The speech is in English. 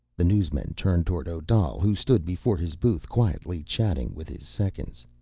the newsmen turned toward odal, who stood before his booth, quietly chatting with his seconds.